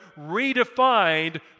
redefined